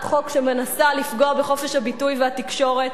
חוק שמנסה לפגוע בחופש הביטוי והתקשורת.